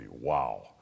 Wow